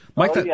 Mike